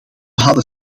hadden